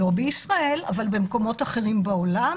לא בישראל אבל במקומות אחרים בעולם